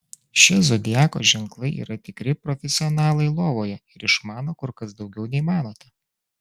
šie zodiako ženklai yra tikri profesionalai lovoje ir išmano kur kas daugiau nei manote